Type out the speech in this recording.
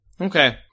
Okay